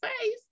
face